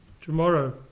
Tomorrow